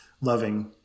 loving